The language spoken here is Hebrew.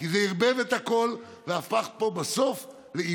פה יש את